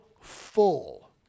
full